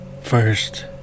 First